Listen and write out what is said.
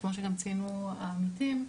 כמו שגם ציינו העמיתים,